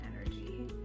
energy